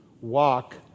walk